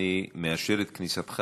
אני מאשר את כניסתך,